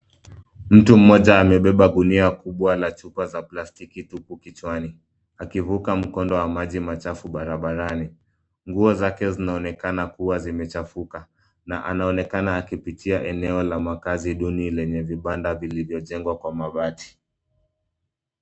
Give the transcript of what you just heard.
Mtu mmoja amebeba gunia kubwa la chupa za plastiki huku kichwani, akivuka mkondo wa maji machafu barabarani. Nguo zake zinaonekana kuwa zimechafuka, na anaonekana akipitia eneo la makazi duni yenye vibanda vilivyojengwa kwa mabati.